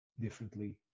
differently